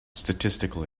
statistical